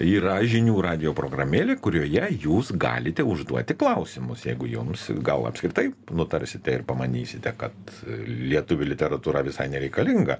yra žinių radijo programėlė kurioje jūs galite užduoti klausimus jeigu jums gal apskritai nutarsite ir pamanysite kad lietuvių literatūra visai nereikalinga